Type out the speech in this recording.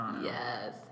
Yes